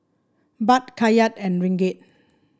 Baht Kyat and Ringgit